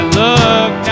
look